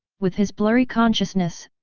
with his blurry consciousness,